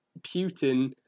Putin